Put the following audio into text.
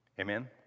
Amen